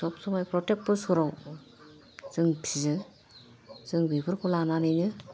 सब समाय प्रटेक बोसोराव जों फियो जों बेफोरखौ लानानैनो